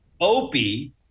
opie